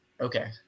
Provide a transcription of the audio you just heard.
Okay